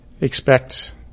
expect